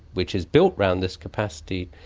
which is built round this capacity.